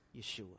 Yeshua